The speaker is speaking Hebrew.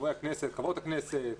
חברי הכנסת וחברות הכנסת,